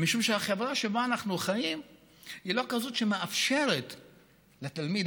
אלא משום שהחברה שבה אנחנו חיים היא לא כזאת שמאפשרת לתלמיד,